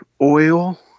oil